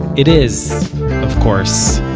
it is of course,